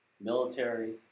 military